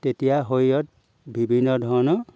তেতিয়া শৰীৰত বিভিন্ন ধৰণৰ